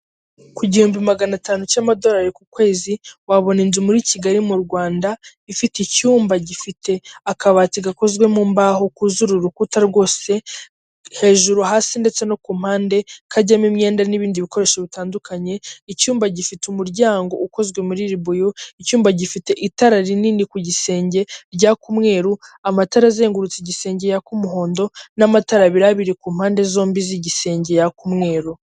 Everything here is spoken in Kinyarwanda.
Umuntu wirabura wambaye imyenda y'umweru ndetse n'ikigina, uri kubara amafaranga atandukanye, harimo inoti y'amadorari ijana isa umweru ndetse n'irindi bandari iri hasi.